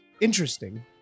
interesting